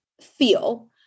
feel